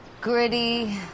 Gritty